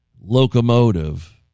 locomotive